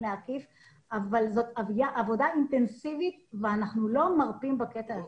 להקיף אבל יש עבודה אינטנסיבית ואנחנו לא מרפים בקטע הזה.